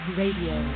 radio